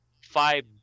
five